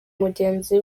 mugenzi